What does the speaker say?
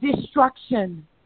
destruction